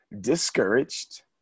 Discouraged